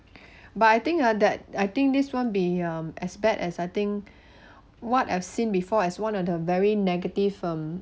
but I think ah that I think this won't be um as bad as I think what I've seen before as one of the very negative um